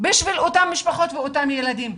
בשביל אותן משפחות ואותם ילדים,